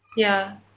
ya